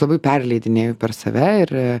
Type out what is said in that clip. labai perleidinėju per save ir